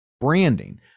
branding